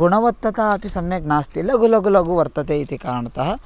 गुणवत्ता अपि सम्यक् नास्ति लघु लघु लघु वर्तते इति कारणतः